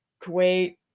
Kuwait